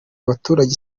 abaturage